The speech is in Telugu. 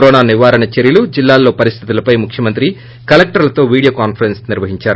కరోనా నివారణ చర్యలు జిల్లాల్లో పరిస్టితు లపై ముఖ్యమంత్రి కలెక్టర్లతో వీడియో కాన్సరెన్స్ నిర్వహించారు